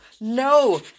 no